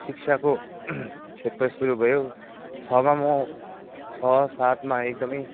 शिक्षाको क्षेत्र सुरु भयो छःमा मछः सातमा एकदमै